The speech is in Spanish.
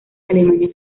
alemania